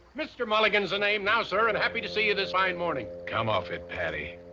crister mulligan's the name now, sir. and happy to see you this fine morning. come off it, paddy.